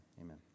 amen